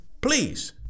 Please